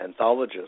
anthologist